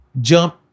jump